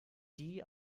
die